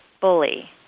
Bully